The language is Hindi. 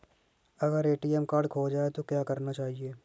अगर ए.टी.एम कार्ड खो जाए तो क्या करना चाहिए?